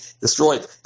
destroyed